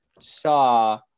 saw